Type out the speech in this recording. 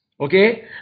okay